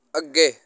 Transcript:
ਅੱਗੇ